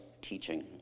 teaching